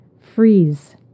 Freeze